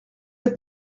êtes